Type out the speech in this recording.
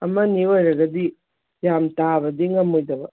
ꯑꯃꯅꯤ ꯑꯣꯏꯔꯒꯗꯤ ꯌꯥꯝ ꯇꯥꯕꯗꯤ ꯉꯝꯃꯣꯏꯗꯕ